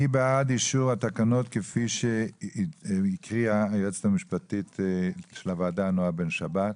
מי בעד אישור התקנות כפי שהקריאה היועצת המשפטית של הוועדה נעה בן שבת?